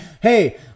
hey